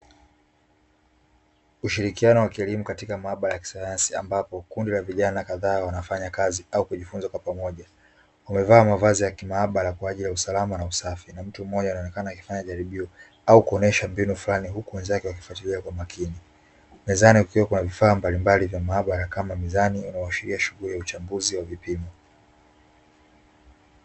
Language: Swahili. Ushirikiano wa kilimo katika maabara ya kisayansi, ambapo kundi la vijana kadhaa wanafanya kazi au kujifunza kwa pamoja. Wamevaa mavazi ya kimaabara kwa ajili ya usalama na usafi na mtu mmoja anaonekana akifanya jaribio au kuonesha mbinu fulani huku wenzake wakufuatilia kwa makini. Mezani kukiwa kuna vifaa mbalimbali vya mahabara kama mizani, unaoashiria shughuli ya uchambuzi wa vipimo.